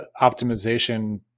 optimization